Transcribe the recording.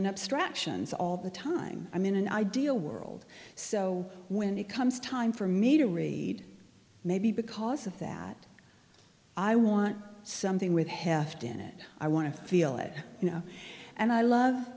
in abstractions all the time i'm in an ideal world so when it comes time for me to read maybe because of that i want something with heft in it i want to feel it you know and i love